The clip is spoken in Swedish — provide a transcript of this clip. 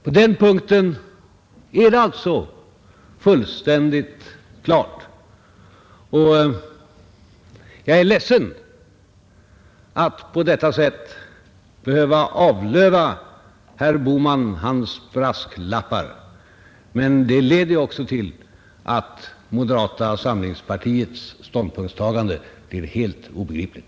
På den punkten är det alltså fullständigt klart, och jag är ledsen att på detta sätt behöva avlöva herr Bohman hans brasklappar. Men det leder ju också till att moderata samlingspartiets ståndpunktstagande blir helt obegripligt.